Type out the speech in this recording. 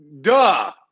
Duh